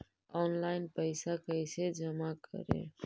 Online पैसा कैसे जमा करे?